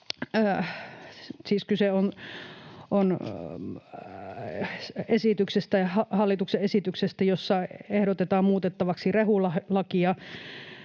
kyse on hallituksen esityksestä, jossa ehdotetaan muutettavaksi rehulakia.